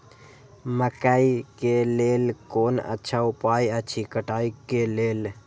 मकैय के लेल कोन अच्छा उपाय अछि कटाई के लेल?